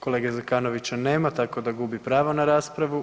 Kolege Zekanovića nema tako da gubi pravo na raspravu.